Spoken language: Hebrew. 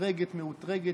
שמאתרגת ומאותרגת.